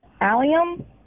Allium